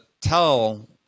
tell